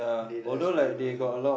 they dance very well also